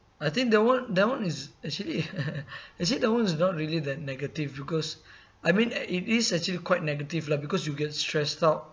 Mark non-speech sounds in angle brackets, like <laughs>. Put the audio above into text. I think that [one] that [one] is actually <laughs> actually that [one] is not really that negative because I mean it is actually quite negative lah because you get stressed out